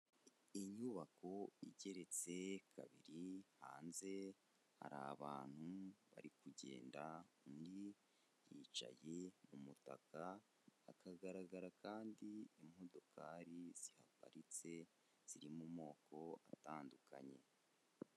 Inyubako igeretse kabiri, hanze hari abantu bari kugenda undi yicaye mu mutaka, hakagaragara kandi imodokari zihaparitse, ziri mu moko atandukanye.